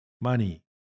money